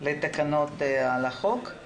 לתקנות על החוק.